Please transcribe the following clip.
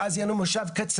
ואז יהיה לנו מושב קצר,